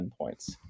endpoints